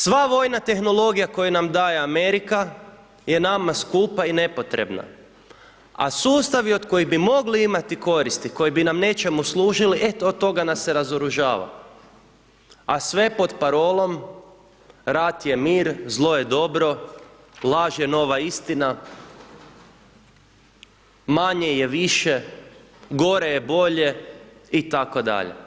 Sva vojna tehnologija koju nam daje Amerika je nama skupa i nepotrebna, a sustavi od kojih bi mogli imati koristi, koji bi nam nečemu služili, e od toga nas se razoružava, a sve pod parolom, rat je mir, zlo je dobro, laž je nova istina, manje je više, gore je bolje itd.